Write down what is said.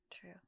True